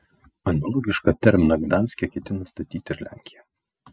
analogišką terminalą gdanske ketina statyti ir lenkija